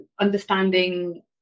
understanding